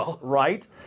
Right